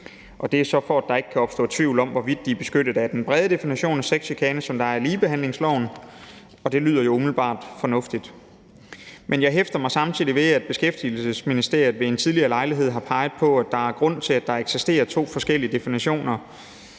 Det er så for, at der ikke skal kunne opstå tvivl om, hvorvidt de er beskyttet af den brede definition af sexchikane, som der er i ligebehandlingsloven, og det lyder jo umiddelbart fornuftigt. Men jeg hæfter mig samtidig ved, at Beskæftigelsesministeriet ved en tidligere lejlighed har peget på, at der er grund til, at der eksisterer to forskellige definitioner